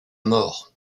mort